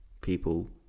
people